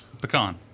Pecan